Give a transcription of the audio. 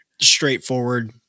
straightforward